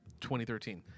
2013